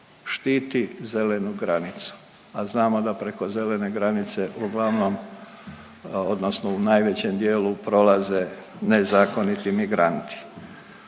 štiti zelenu granicu, a znamo da preko zelene granice uglavnom odnosno u najvećem dijelu prolaze nezakoniti migranti.